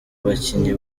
bakinnyi